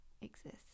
exist